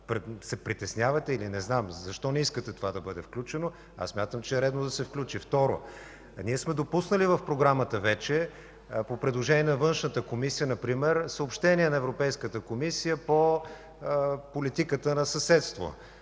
се притеснявате и не знам защо не искате то да бъде включено. Мисля, че е редно да се включи. Второ, вече сме допуснали в Програмата по предложение на Външната комисия например да се включи съобщение на Европейската комисия по политиката на съседство.